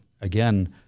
again